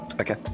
Okay